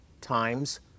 times